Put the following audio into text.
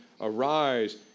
Arise